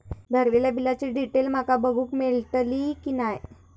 भरलेल्या बिलाची डिटेल माका बघूक मेलटली की नाय?